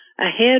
ahead